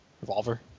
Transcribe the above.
revolver